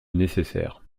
nécessaire